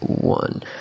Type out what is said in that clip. one